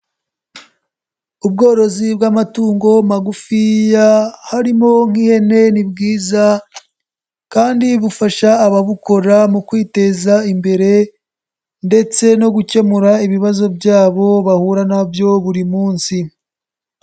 Ubworozi bw'amatungo magufiya harimo nk'ihene ni bwiza kandi bufasha ababukora mu kwiteza imbere ndetse no gukemura ibibazo byabo bahura na byo buri munsi.